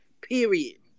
Period